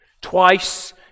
Twice